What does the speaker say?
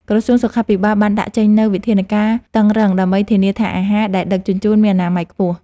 ក្រសួងសុខាភិបាលបានដាក់ចេញនូវវិធានការតឹងរ៉ឹងដើម្បីធានាថាអាហារដែលដឹកជញ្ជូនមានអនាម័យខ្ពស់។